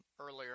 earlier